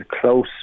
close